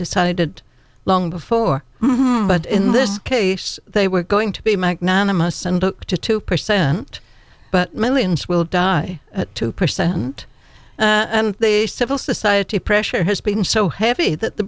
decided long before but in this case they were going to be magnanimous and book to two percent but millions will die at two percent and civil society pressure has been so heavy that the